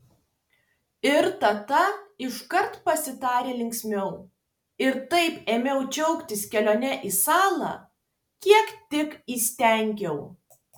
ir tada iškart pasidarė linksmiau ir taip ėmiau džiaugtis kelione į salą kiek tik įstengiau